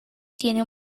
tiene